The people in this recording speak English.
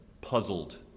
puzzled